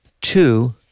two